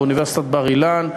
באוניברסיטת בר-אילן,